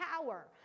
power